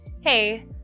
hey